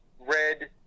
red